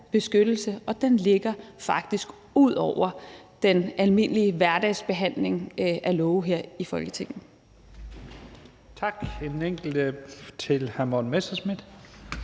beskyttelse, og den ligger faktisk ud over den almindelige hverdagsbehandling af love her i Folketinget.